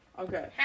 Okay